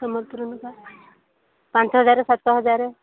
ସମ୍ବଲପୁରୀ ଲୁଗା ପାଞ୍ଚ ହଜାର ସାତ ହଜାର